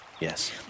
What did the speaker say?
yes